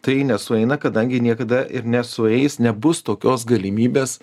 tai nesueina kadangi niekada ir nesueis nebus tokios galimybės